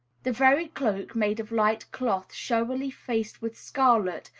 the very cloak, made of light cloth showily faced with scarlet,